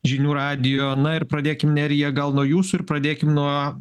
žinių radijo na ir pradėkim nerija gal nuo jūsų ir pradėkim nuo